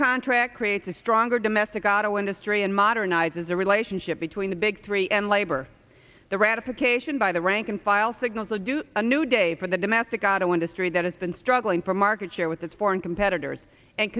contract creates a stronger domestic auto industry and modernizes a relationship between the big three and labor the ratification by the rank and file signals will do a new day for the domestic audio industry that has been struggling for market share with its foreign competitors and